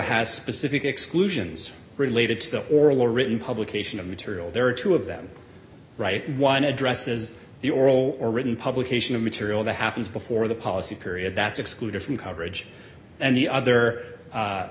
has specific exclusions related to the oral or written publication of material there are two of them right one addresses the oral or written publication of material that happens before the policy period that's excluded from coverage and the other